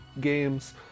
games